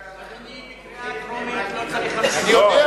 אדוני, בקריאה טרומית לא צריך 50. אני יודע.